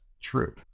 true